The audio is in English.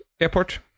airport